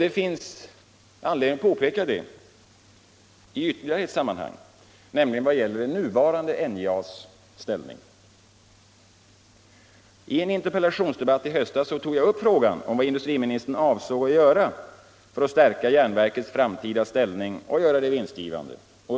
Det finns anledning påpeka det i ytterligare ett sammanhang, nämligen vad gäller det nuvarande NJA:s ställning. I en interpellationsdebatt i höstas tog jag upp frågan vad industriministern avsåg att göra för att stärka järnverkets framtida ställning och göra det vinstgivande.